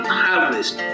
harvest